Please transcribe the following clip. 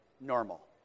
normal